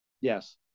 Yes